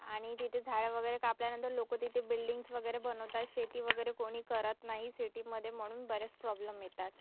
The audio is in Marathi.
आणि तिथे झाडं वगैरे कापल्यानंतर लोक तिथे बिल्डिंग्स वगैरे बनवतात शेती वगैरे कोणी करत नाही सिटीमध्ये म्हणून बऱ्याच प्रॉब्लेम येतात